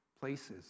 places